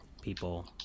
people